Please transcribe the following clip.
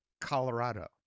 Colorado